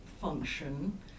function